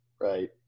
Right